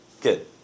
Good